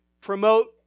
promote